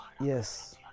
Yes